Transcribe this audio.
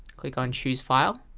click on choose file